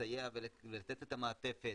ולסייע ולתת את המעטפת,